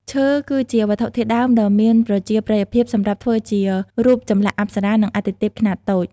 ឈើ គឺជាវត្ថុធាតុដើមដ៏មានប្រជាប្រិយភាពសម្រាប់ធ្វើជា រូបចម្លាក់អប្សរា និងអាទិទេពខ្នាតតូច។